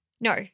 No